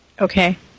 Okay